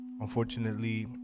unfortunately